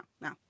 No